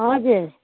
हजुर